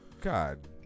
God